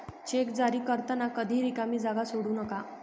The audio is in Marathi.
चेक जारी करताना कधीही रिकामी जागा सोडू नका